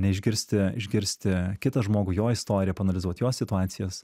neišgirsti išgirsti kitą žmogų jo istoriją paanalizuot jo situacijos